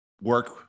work